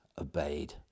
obeyed